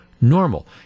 normal